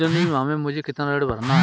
जनवरी माह में मुझे कितना ऋण भरना है?